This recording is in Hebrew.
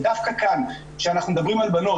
ודווקא כאן כשאנחנו מדברים על בנות